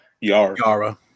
Yara